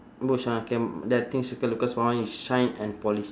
boot shine K that thing circle because my one is shine and polish